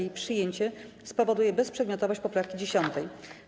Jej przyjęcie spowoduje bezprzedmiotowość poprawki 10.